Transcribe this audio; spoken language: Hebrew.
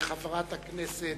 לחברת הכנסת